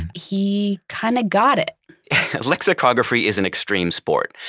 he kind of got it lexicography is an extreme sport.